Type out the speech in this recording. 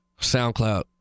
SoundCloud